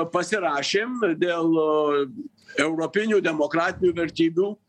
pasirašėm dėl europinių demokratinių vertybių